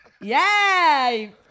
Yay